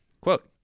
Quote